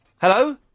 Hello